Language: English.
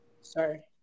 Sorry